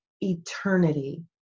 eternity